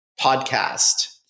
podcast